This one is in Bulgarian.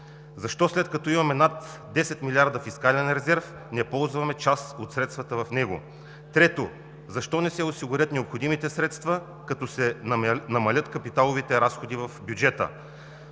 защо, след като имаме над десет милиарда фискален резерв, не ползваме част от средствата в него? Трето, защо не се осигурят необходимите средства, като се намалят капиталовите разходи в бюджета?